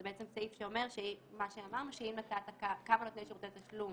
זה סעיף שאומר שאם כמה נותני שירותי תשלום